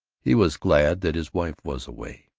he was glad that his wife was away.